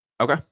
Okay